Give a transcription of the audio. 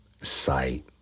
sight